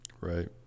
Right